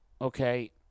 Okay